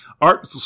art